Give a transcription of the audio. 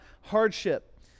hardship